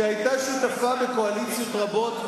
שהיתה שותפה בקואליציות רבות,